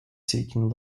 taken